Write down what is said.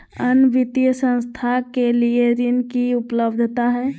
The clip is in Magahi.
अन्य वित्तीय संस्थाएं के लिए ऋण की उपलब्धता है?